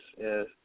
yes